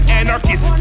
anarchist